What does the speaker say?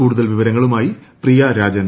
കൂടുതൽ വിവരങ്ങളുമായി പ്രിയ രാജൻ